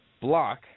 Block